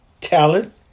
talent